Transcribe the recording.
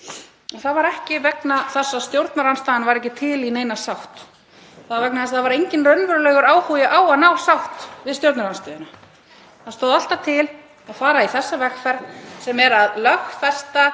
en það var ekki vegna þess að stjórnarandstaðan væri ekki til í neina sátt. Það var vegna þess að það var enginn raunverulegur áhugi á að ná sátt við stjórnarandstöðuna. Það stóð alltaf til að fara í þessa vegferð sem er að lögfesta